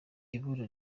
ibura